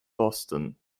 boston